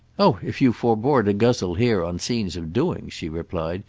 oh if you forbore to guzzle here on scenes of doings, she replied,